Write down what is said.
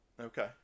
okay